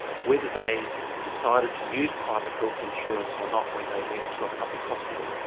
whether they decided to use private health insurance or not when they went to a public hospital.